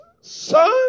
son